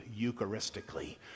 eucharistically